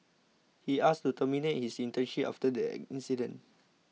he asked to terminate his internship after the incident